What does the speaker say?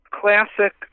classic